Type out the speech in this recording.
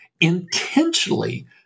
intentionally